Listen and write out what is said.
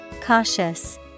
Cautious